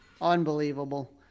Unbelievable